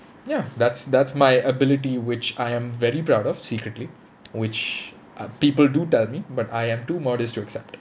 ya that's that's my ability which I am very proud of secretly which uh people do tell me but I am too modest to accept